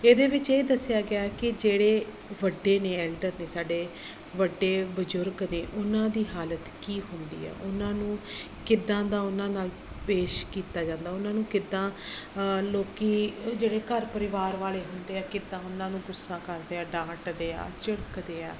ਇਹਦੇ ਵਿੱਚ ਇਹ ਦੱਸਿਆ ਗਿਆ ਕਿ ਜਿਹੜੇ ਵੱਡੇ ਨੇ ਐਲਡਰ ਨੇ ਸਾਡੇ ਵੱਡੇ ਬਜ਼ੁਰਗ ਨੇ ਉਹਨਾਂ ਦੀ ਹਾਲਤ ਕੀ ਹੁੰਦੀ ਹੈ ਉਹਨਾਂ ਨੂੰ ਕਿੱਦਾਂ ਦਾ ਉਹਨਾਂ ਨਾਲ ਪੇਸ਼ ਕੀਤਾ ਜਾਂਦਾ ਉਹਨਾਂ ਨੂੰ ਕਿੱਦਾਂ ਲੋਕ ਜਿਹੜੇ ਘਰ ਪਰਿਵਾਰ ਵਾਲੇ ਹੁੰਦੇ ਆ ਕਿੱਦਾਂ ਉਹਨਾਂ ਨੂੰ ਗੁੱਸਾ ਕਰਦੇ ਆ ਡਾਂਟ ਦੇ ਆ ਝਿੜਕਦੇ ਆ